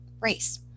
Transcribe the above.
race